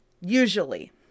usually